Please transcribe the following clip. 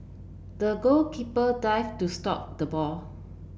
the goalkeeper dive to stop the ball